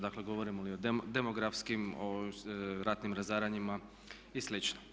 Dakle govorimo li o demografskim ratnim razaranjima i slično.